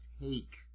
take